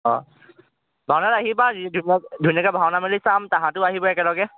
অঁ ভাওনাত আহিবা যদি ধুনীয়াকে ধুনীয়াকে ভাওনা মিলি চাম তাহাঁতো আহিব একেলগে